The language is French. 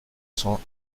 cents